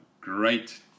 great